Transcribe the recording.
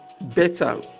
better